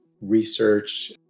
research